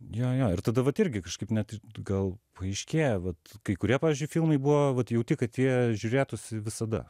jo jo ir tada vat irgi kažkaip net ir gal paaiškėja vat kai kurie pavyzdžiui filmai buvo vat jauti kad jie žiūrėtųsi visada